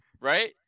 right